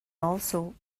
also